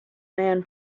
man